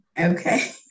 Okay